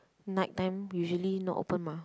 night time usually not open mah